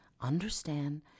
understand